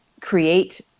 create